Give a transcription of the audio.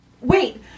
Wait